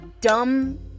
dumb